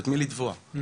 מעניין.